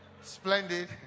Splendid